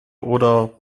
oder